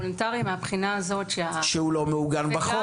הוא וולונטרי מהבחינה הזו --- שהוא לא מעוגן בחוק.